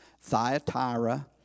Thyatira